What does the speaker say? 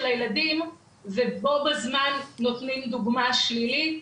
הילדים ובו בזמן הם נותנים להם דוגמא שלילית,